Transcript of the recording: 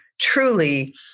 truly